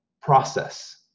process